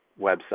website